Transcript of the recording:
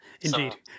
indeed